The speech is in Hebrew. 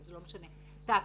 אבל זה לא משנה לעובדים